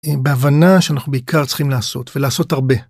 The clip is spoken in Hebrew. א.. בהבנה שאנחנו בעיקר צריכים לעשות ולעשות הרבה.